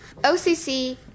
OCC